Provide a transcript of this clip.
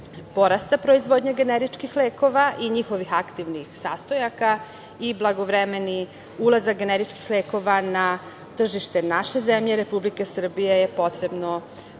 porasta proizvodnje generičkih lekova i njihovih aktivnih sastojaka i blagovremeni ulazak generičkih lekova na tržište naše zemlje, Republike Srbije, je posebno